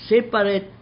Separate